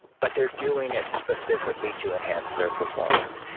but they're doing it specifically to enhance their performance.